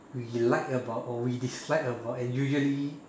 we like about or we dislike about and usually